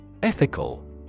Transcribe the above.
Ethical